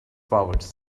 powers